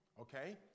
Okay